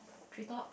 tree top